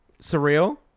Surreal